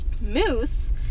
Moose